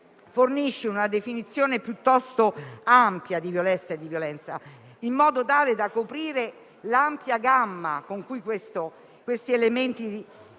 fornisce una definizione piuttosto ampia di molestia e violenza, in modo tale da coprire l'ampia gamma con cui questi elementi